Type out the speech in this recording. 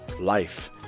life